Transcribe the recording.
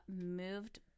Moved